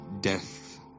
death